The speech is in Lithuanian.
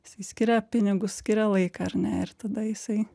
jisai skiria pinigus skiria laiką ar ne ir tada jisai